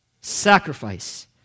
sacrifice